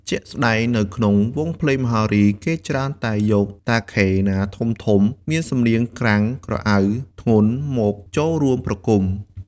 ជាក់ស្តែងនៅក្នុងវង់ភ្លេងមហោរី គេច្រើនតែយកតាខេណាធំៗមានសំនៀងក្រាងក្រអៅធ្ងន់មកចូលរួមប្រគំ។